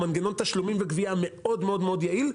זה מנגנון תשלומים וגבייה מאוד יעיל,